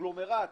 קונגלומרט